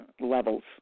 levels